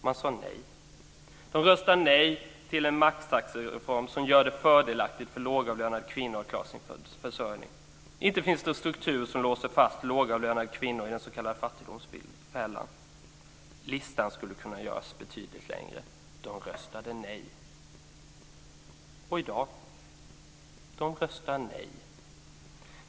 Man sade nej. De röstade nej till en maxtaxereform som gör det fördelaktigt för lågavlönade kvinnor att klara sin försörjning. Inte finns det strukturer som låser fast lågavlönade kvinnor i den s.k. fattigdomsfällan. Listan skulle kunna göras betydligt längre. De röstade nej. Och i dag? De röstar nej.